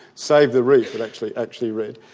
save the reef it actually actually read.